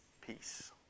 peace